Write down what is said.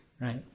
right